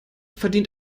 verdient